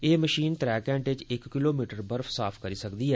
एह् मशीन त्रै घैंटे च इक किलोमीटर बर्फ साफ करदी ऐ